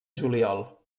juliol